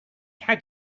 had